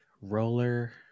roller